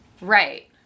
Right